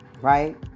right